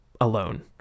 alone